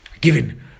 given